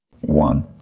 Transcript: One